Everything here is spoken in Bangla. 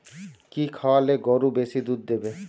কি খাওয়ালে গরু বেশি দুধ দেবে?